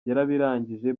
yarabirangije